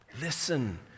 listen